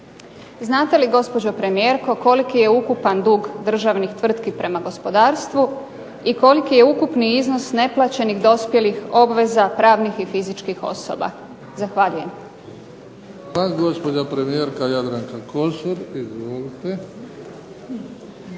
Znate li gospođo premijerko koliki je ukupan dug državnih tvrtki prema gospodarstvu i koliki je ukupni iznos neplaćenih dospjelih obveza pravnih i fizičkih osoba? Zahvaljujem.